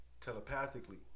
telepathically